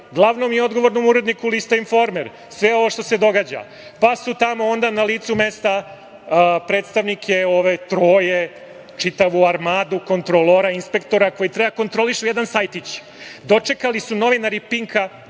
glavnom i odgovornom uredniku lista „Informer“ sve ovo što se događa, pa su tamo onda na licu mesta predstavnike, ovo troje, čitavu armadu kontrolora i inspektora koji treba da kontrolišu jedan sajtić dočekali novinari „Pinka“